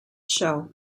show